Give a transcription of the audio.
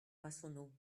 massonneau